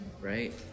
right